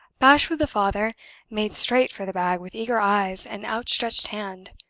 bashwood the father made straight for the bag with eager eyes and outstretched hand.